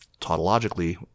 tautologically